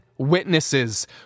Witnesses